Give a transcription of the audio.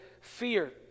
fear